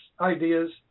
ideas